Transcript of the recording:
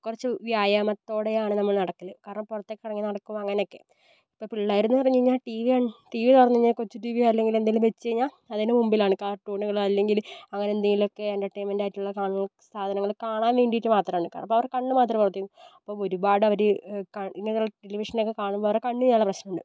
കുറച്ച് വ്യായാമത്തോടെയാണ് നമ്മള് നടക്കല് കാരണം പുറത്തൊക്കെ ഇറങ്ങി നടക്കും അങ്ങനൊക്കെ ഇപ്പം പിള്ളാരെന്ന് പറഞ്ഞ് കഴിഞ്ഞാൽ ടിവി കണ്ട് ടിവി തുറന്ന് കഴിഞ്ഞാൽ കൊച്ചു ടിവി അല്ലെങ്കില് എന്തേലും വെച്ച് കഴിഞ്ഞാൽ അതിന് മുമ്പിലാണ് കാർട്ടൂണുകളും അല്ലെങ്കില് അങ്ങനെ എന്തേലു ഒക്കെ എൻറ്റർടൈൻമെൻറ്റായിട്ടുള്ള കാണു സാധനങ്ങള് കാണാൻ വേണ്ടിയിട്ട് മാത്രമാണ് കാരണം അപ്പം അവരുടെ കണ്ണ് മാത്രം പ്രവർത്തിക്കുന്നു അപ്പം ഒരുപാട് അവര് കൺ ഇങ്ങനെയുള്ള ടെലിവിഷനൊക്കെ കാണുമ്പം അവരുടെ കണ്ണിന് നല്ല പ്രശ്നം ഉണ്ട്